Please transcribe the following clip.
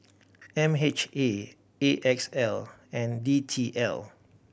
M H A A X L and D T L